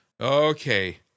okay